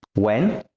when,